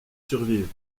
survivent